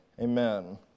Amen